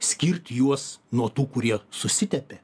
skirt juos nuo tų kurie susitepė